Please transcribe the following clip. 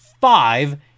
five